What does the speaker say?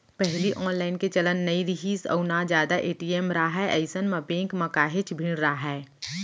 पहिली ऑनलाईन के चलन नइ रिहिस अउ ना जादा ए.टी.एम राहय अइसन म बेंक म काहेच भीड़ राहय